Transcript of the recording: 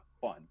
fun